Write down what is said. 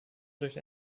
durch